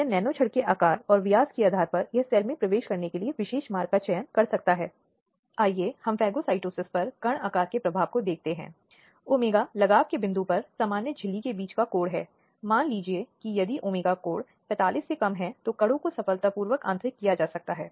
इसलिए महिला के अधिकारों और हितों की रक्षा विशेष रूप से उन घटनाओं के प्रकार की पृष्ठभूमि में की जानी चाहिए जो समाज में हो रही हैं बढ़ते हुए अपराध जो समाज को त्रस्त कर रहे हैं और इसलिए इस संबंध में न्यायपालिका को एक बहुत ही महत्वपूर्ण भूमिका निभानी है